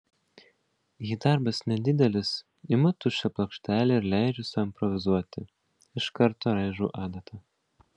jei darbas nedidelis imu tuščią plokštelę ir leidžiu sau improvizuoti iš karto raižau adata